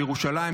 של ירושלים,